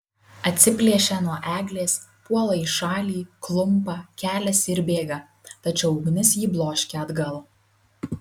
atsiplėšia nuo eglės puola į šalį klumpa keliasi ir bėga tačiau ugnis jį bloškia atgal